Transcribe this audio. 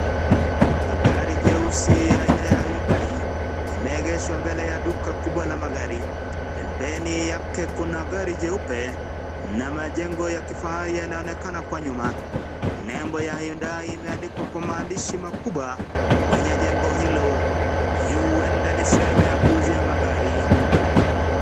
Gari jeusi aina ya Hyundai limeegeshwa mbele ya duka kubwa la magari. Pembeni yake kuna gari jeupe na majengo ya kifahari yanaonekana kwa nyuma. Nembo ya Hyundai imeandikwa kwa maandishi makubwa kwenye jengo hilo. Hii huenda ni sehemu ya kuuzia magari.